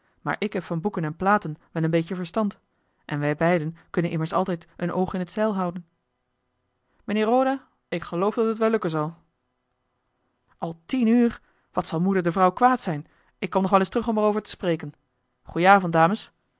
maar ik heb van boeken en platen wel een beetje verstand en wij beiden kunnen immers altijd een oog in t zeil houden mijnheer roda ik geloof dat het wel lukken zal al tien uur wat zal moeder de vrouw kwaad zijn ik kom nog wel eens terug om er over te spreken goeien avond dames